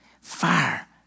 Fire